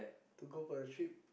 to go for a trip